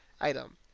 item